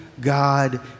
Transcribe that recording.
God